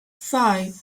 five